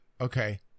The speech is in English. okay